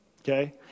Okay